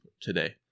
today